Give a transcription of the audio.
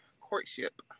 courtship